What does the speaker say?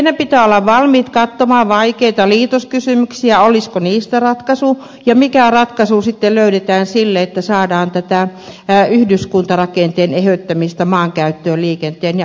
meidän pitää olla valmiit katsomaan vaikeita liitoskysymyksiä olisiko niistä ratkaisua ja mikä ratkaisu sitten löydetään sille että saadaan tätä yhdyskuntarakenteen eheyttämistä maankäyttöön liikenteeseen ja asumiseen